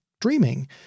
streaming